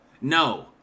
No